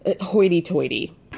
hoity-toity